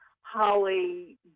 holly